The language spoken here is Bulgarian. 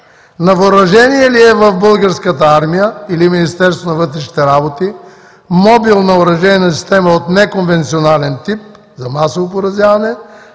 на въоръжение ли е в българската армия или Министерството на вътрешните работи мобилна оръжейна система от неконвенционален тип за масово поразяване